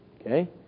Okay